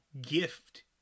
gift